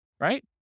right